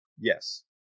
Yes